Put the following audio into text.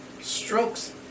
Strokes